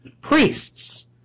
priests